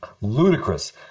ludicrous